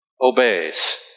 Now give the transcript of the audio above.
obeys